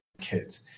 kids